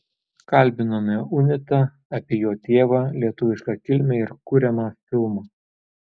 kalbinome unitą apie jo tėvą lietuvišką kilmę ir kuriamą filmą